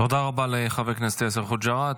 תודה רבה לחבר הכנסת יאסר חוג'יראת.